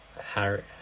Harry